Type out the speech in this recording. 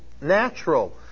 natural